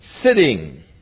sitting